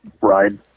ride